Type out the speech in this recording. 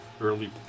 Early